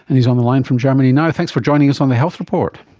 and he's on the line from germany now. thanks for joining us on the health report.